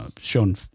shown